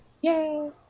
Yay